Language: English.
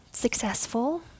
successful